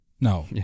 No